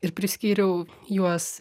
ir priskyriau juos